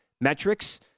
metrics